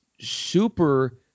super